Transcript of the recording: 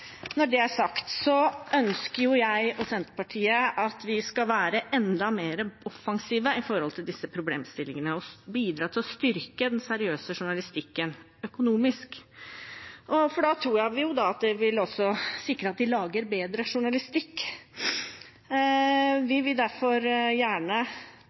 Når det er sagt, ønsker jeg og Senterpartiet at vi skal være enda mer offensive når det gjelder disse problemstillingene, og bidra til å styrke den seriøse journalistikken økonomisk, for da tror jeg vi også vil sikre at man lager bedre journalistikk. Vi vil derfor gjerne